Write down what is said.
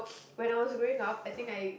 when I was growing up I think I